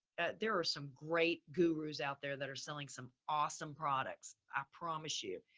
there are some great gurus out there that are selling some awesome products. i promise you,